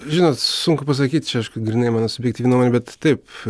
žinot sunku pasakyt čia aš kaip grynai mano subjektyvi nuomonė bet taip